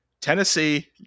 Tennessee